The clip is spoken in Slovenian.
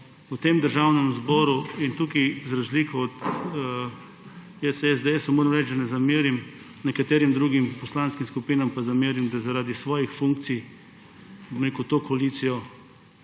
v tem državnem zboru in tukaj za razliko od, jaz SDS moram reči, da ne zamerim, nekaterim drugim poslanskim skupinam pa zamerim, da zaradi svojih funkcij to koalicijo,